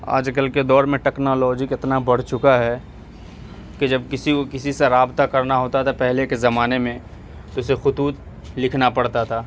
آج کل کے دور میں ٹیکنالوجی کتنا بڑھ چکا ہے کہ جب کسی کو کسی سے رابطہ کرنا ہوتا ہے تو پہلے کے زمانے میں اسے خطوط لکھنا پڑتا تھا